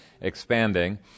expanding